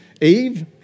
Eve